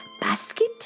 Basket